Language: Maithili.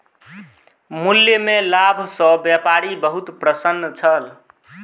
मूल्य में लाभ सॅ व्यापारी बहुत प्रसन्न छल